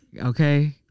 Okay